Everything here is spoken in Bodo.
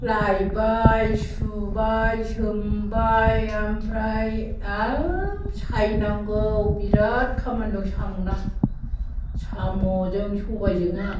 लायबाय सुबाय सोमबाय आमफ्राय हाब सायनांगौ बिराथ खामानि दं साम'ना साम'जों सबायजोंआ